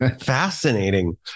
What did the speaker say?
Fascinating